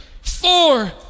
four